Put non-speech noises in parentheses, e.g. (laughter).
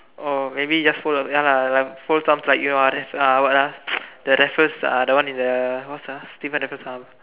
oh maybe just fold your ya lah like fold some like you are uh what ah (noise) the Raffles uh the one in the what's uh Stamford Raffles house